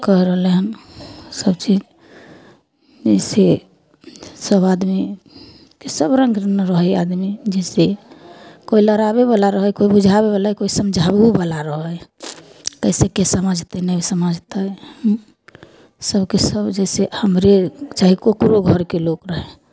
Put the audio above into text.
कऽ रहलै हन सबचीज जइसे सभ आदमीके सबरङ्ग ने रहै हइ आदमी जइसे कोइ लड़ाबैवला रहै कोइ बुझाबैवला कोइ समाझाबैओवला रहै हइ ताहिसँ किछु समझतै नहि समझतै सभके सभ जइसे हमरे चाहे ककरो घरके लोक रहै